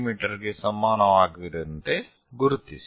me ಗೆ ಸಮವಾಗಿರುವಂತೆ ಗುರುತಿಸಿ